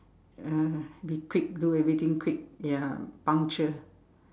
uh be quick do everything quick ya punctual